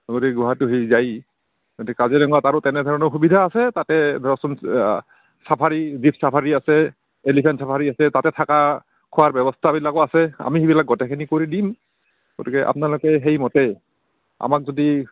যদি গুৱাহাটী হৈ যায় গতিকে কাজিৰঙাত আৰু তেনেধৰণৰ সুবিধা আছে তাতে ধৰকচোন চাফাৰী জিপ চাফাৰী আছে এলিফেণ্ট চাফাৰী আছে তাতে থকা খোৱাৰ ব্যৱস্থাবিলাকো আছে আমি সেইবিলাক গোটেইখিনি কৰি দিম গতিকে আপনালোকে সেইমতে আমাক যদি